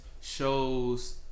shows